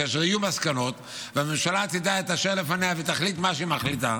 וכאשר יהיו מסקנות והממשלה תדע את אשר לפניה ותחליט את מה שהיא מחליטה,